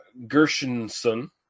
Gershenson